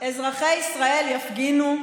אזרחי ישראל יפגינו בטוח.